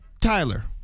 Tyler